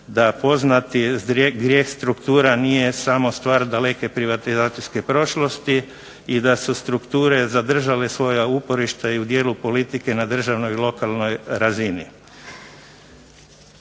se ne razumije./… struktura nije samo stvar daleke privatizacijske prošlosti i da su strukture zadržale svoja uporišta i u dijelu politike na državnoj lokalnoj razini.